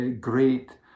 great